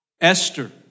Esther